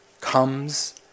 comes